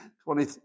Twenty